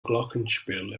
glockenspiel